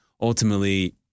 ultimately